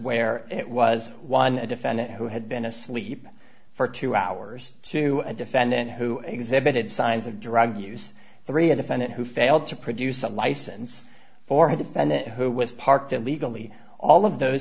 where it was one defendant who had been asleep for two hours to a defendant who exhibited signs of drug use three a defendant who failed to produce a license for had and who was parked illegally all of those